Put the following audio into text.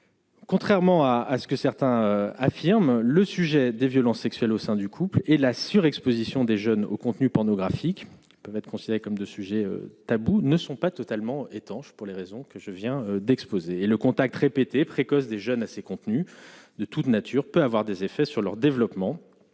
Contrairement à, à ce que certains affirment, le sujet des violences sexuelles au sein du couple et la surexposition des jeunes au contenu pornographique, peuvent être considérés comme de sujet tabou, ne sont pas totalement étanches pour les raisons que je viens d'exposer le contact répété précoce des jeunes à ces contenus de toute nature peut avoir des effets sur leur développement,